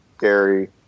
Gary